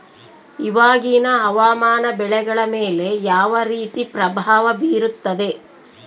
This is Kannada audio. ಇವಾಗಿನ ಹವಾಮಾನ ಬೆಳೆಗಳ ಮೇಲೆ ಯಾವ ರೇತಿ ಪ್ರಭಾವ ಬೇರುತ್ತದೆ?